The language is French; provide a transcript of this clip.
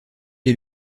est